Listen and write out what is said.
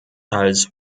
als